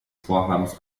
vorhabens